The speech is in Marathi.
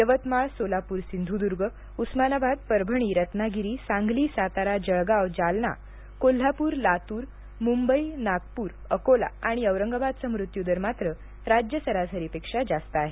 यवतमाळसोलापूरसिंधुदुर्गउस्मानाबादपरभणीरत्नागिरीसांगलीसाताराजळगाव जालनाकोल्हापूरलातूरमुंबईनागपूर अकोला आणि औरंगाबादचा मृत्यूदर मात्र राज्य सरासरीपेक्षा जास्त आहे